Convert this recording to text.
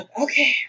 Okay